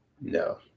No